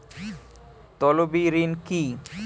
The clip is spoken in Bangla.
তলবি ঋন কি?